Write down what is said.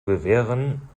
gewehren